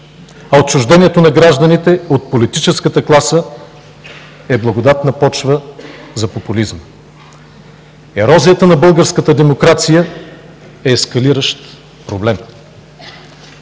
а отчуждението на гражданите от политическата класа е благодатна почва за популизъм. Ерозията на българската демокрация е ескалиращ проблем.